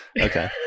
Okay